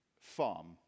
farm